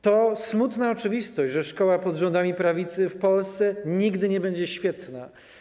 To smutna oczywistość, że szkoła pod rządami prawicy w Polsce nigdy nie będzie świetna.